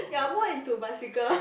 you're more into bicycle